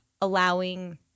allowing